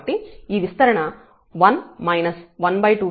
కాబట్టి ఈ విస్తరణ 1 12